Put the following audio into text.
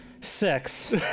six